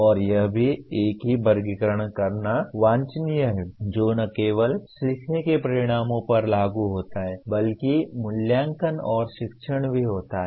और यह भी एक ही वर्गीकरण करना वांछनीय है जो न केवल सीखने के परिणामों पर लागू होता है बल्कि मूल्यांकन और शिक्षण भी होता है